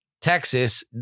Texas